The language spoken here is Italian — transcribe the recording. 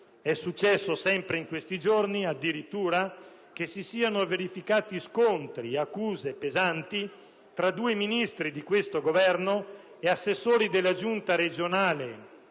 È successo, sempre in questi giorni, addirittura che si siano verificati scontri e accuse pesanti tra due Ministri di questo Governo e assessori della Giunta regionale